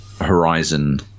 Horizon